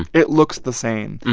it looks the same.